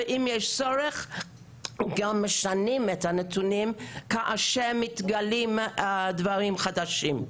ואם יש צורך גם משנים את הנתונים כאשר מתגלים דברים חדשים.